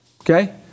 okay